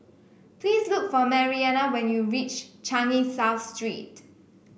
please look for Marianna when you reach Changi South Street